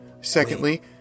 Secondly